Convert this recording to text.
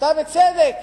אתה בצדק,